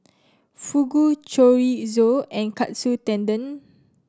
Fugu Chorizo and Katsu Tendon